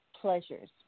Pleasures